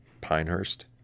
pinehurst